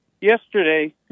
yesterday